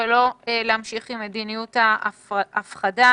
ולא להמשיך עם מדיניות ההפחדה.